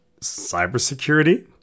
Cybersecurity